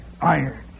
iron